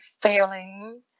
failing